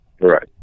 right